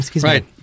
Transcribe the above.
Right